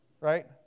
right